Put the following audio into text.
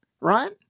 right